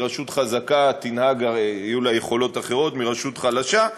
כי לרשות חזקה יהיו יכולות אחרות מלרשות חלשה.